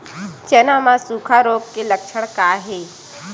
चना म सुखा रोग के लक्षण का हे?